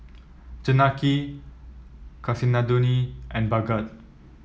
Janaki Kasinadhuni and Bhagat